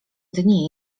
dni